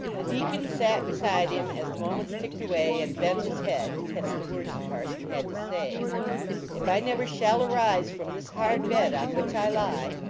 the deacon sat beside him as the moments ticked away, and bent his head to catch the words the parson had to say if i never shall arise from this hard bed on which i lie,